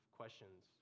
questions